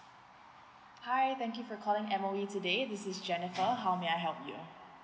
hi thank you for calling M_O_E today this is jennifer how may I help you